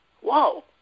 whoa